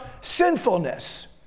sinfulness